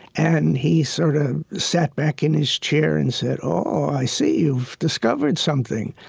and he sort of sat back in his chair and said, oh, i see you've discovered something.